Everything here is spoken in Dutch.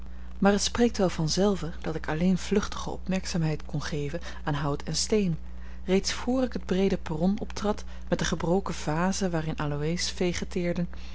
maar het spreekt wel vanzelve dat ik alleen vluchtige opmerkzaamheid kon geven aan hout en steen reeds vr ik het breede perron optrad met de gebroken vazen waarin aloés